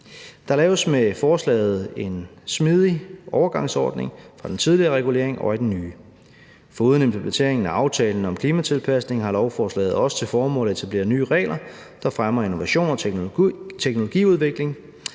Der laves med forslaget en smidig overgangsordning mellem den tidligere regulering og den nye. Foruden implementeringen af aftalen om klimatilpasning har lovforslaget også til formål at etablere nye regler, der fremmer innovation og teknologiudvikling.